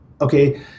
Okay